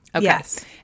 Yes